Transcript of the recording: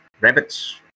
rabbits